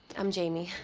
i'm jaime.